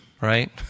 Right